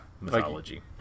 mythology